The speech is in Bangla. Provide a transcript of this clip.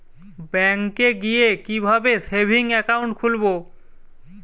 ব্যাঙ্কে গিয়ে কিভাবে সেভিংস একাউন্ট খুলব?